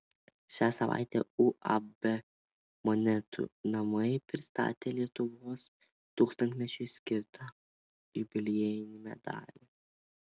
šią savaitę uab monetų namai pristatė lietuvos tūkstantmečiui skirtą jubiliejinį medalį